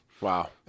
Wow